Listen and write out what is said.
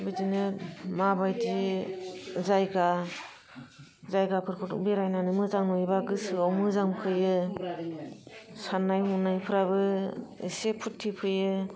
बिदिनो माबादि जायगा जायगाफोरखौथ' बेरायनानै मोजां नुयोबा गोसोआव मोजां फैयो सान्नाय ह'नायफ्राबो एसे फुरटि फैयो